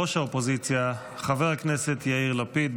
ראש האופוזיציה חבר הכנסת יאיר לפיד,